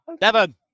Devon